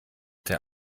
der